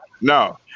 No